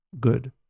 good